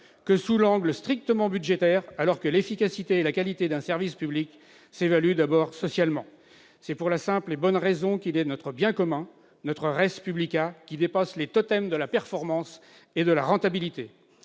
que sous l'angle strictement budgétaire, alors que l'efficacité et la qualité d'un service public s'évaluent d'abord socialement, pour la simple et bonne raison qu'il est notre bien commun, notre, qui dépasse les totems de la performance et de la rentabilité.